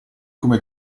come